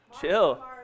Chill